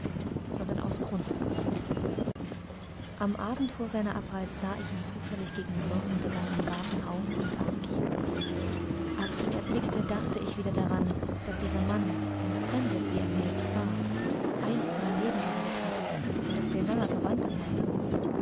sondern aus grundsatz am abend vor seiner abreise sah ich ihn zufällig gegen sonnenuntergang im garten auf und abgehen als ich ihn erblickte dachte ich wieder daran daß dieser mann entfremdet wie er mir jetzt war einst mein leben gerettet hatte und daß wir nahe verwandte seien